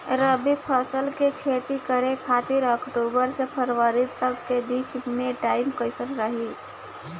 रबी फसल के खेती करे खातिर अक्तूबर से फरवरी तक के बीच मे टाइम कैसन रही?